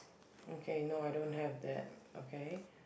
okay no I don't have that okay